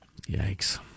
Yikes